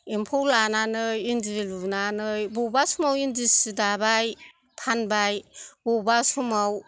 एम्फौ लानानै इन्दि लुनानै बबेबा समाव इन्दि सि दाबाय फानबाय बबेबा समाव